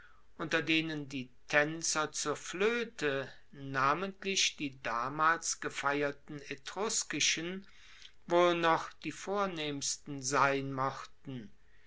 unter denen die taenzer zur floete namentlich die damals gefeierten etruskischen wohl noch die vornehmsten sein mochten